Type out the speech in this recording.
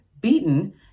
beaten